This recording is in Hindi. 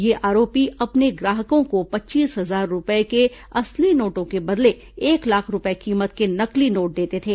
ये आरोपी अपने ग्राहकों को पच्चीस हजार रूपये के असली नोटों के बदले एक लाख रूपये कीमत के नकली नोट देते थे